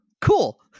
Cool